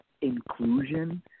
inclusion